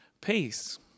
Peace